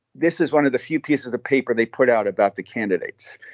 this is one of the few pieces of paper they put out about the candidates.